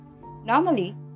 Normally